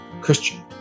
Christian